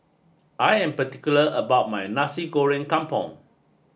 I am particular about my Nasi Goreng Kampung